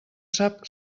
sap